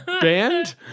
band